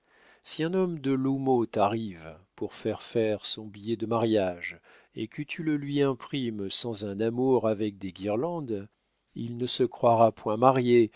si un homme de l'houmeau t'arrive pour faire faire son billet de mariage et que tu le lui imprimes sans un amour avec des guirlandes il ne se croira point marié